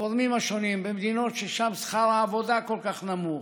גורמים שונים במדינות שבהן שכר העבודה כל כך נמוך,